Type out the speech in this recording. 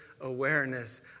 awareness